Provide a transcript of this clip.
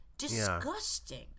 Disgusting